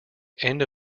end